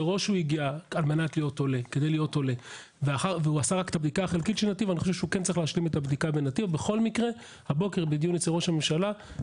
ומי שמוסמך לקבל את הבקשה הזו זה שרת הפנים באמצעות העובדים.